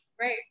Right